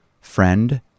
Friend